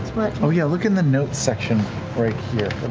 oh yeah, look in the notes section right here.